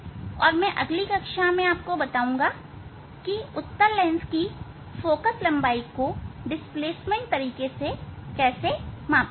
और अगली कक्षा में मैं बताऊंगा कि उत्तल लेंस की फोकल लंबाई को डिस्प्लेसमेंट तरीके से किस तरह मापा जाए